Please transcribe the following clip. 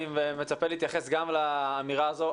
אני מצפה להתייחסות גם לאמירה הזאת,